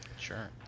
Sure